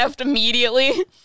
immediately